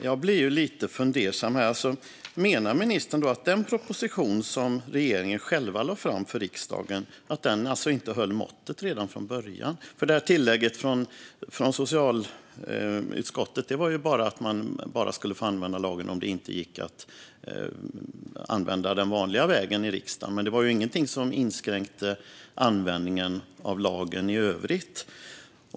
Fru talman! Jag blir lite fundersam här. Menar ministern att den proposition som regeringen själv lade fram för riksdagen inte höll måttet redan från början? Tillägget från socialutskottet var ju bara att man endast skulle få använda lagen om det inte gick att använda den vanliga vägen i riksdagen. Det var ingenting som inskränkte användningen av lagen i övrigt.